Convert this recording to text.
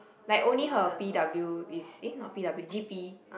like only her P_W is eh not P_W G_P